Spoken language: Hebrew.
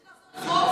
צריך לאסור קציבה.